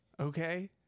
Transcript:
Okay